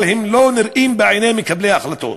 אבל הם לא נראים בעיני מקבלי ההחלטות.